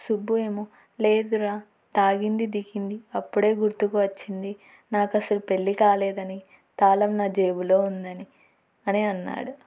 సుబ్బు ఏమో లేదురా తాగింది దిగింది అప్పుడే గుర్తుకు వచ్చింది నాకు అసలు పెళ్లి కాలేదని తాళం నా జేబులో ఉందని అని అన్నాడు